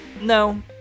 No